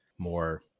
More